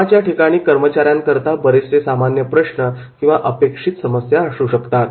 कामाच्या ठिकाणी कर्मचाऱ्यांकरिता बरेचसे सामान्य प्रश्न किंवा अपेक्षित समस्या असू शकतात